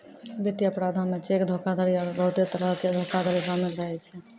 वित्तीय अपराधो मे चेक धोखाधड़ी आरु बहुते तरहो के धोखाधड़ी शामिल रहै छै